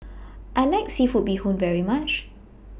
I like Seafood Bee Hoon very much